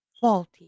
faulty